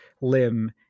limb